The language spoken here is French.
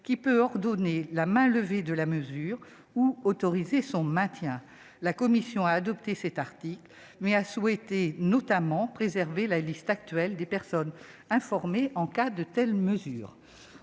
peut ordonner la mainlevée de la mesure ou autoriser son maintien. La commission a adopté cet article, mais a souhaité notamment préserver la liste actuelle des personnes informées quand de telles mesures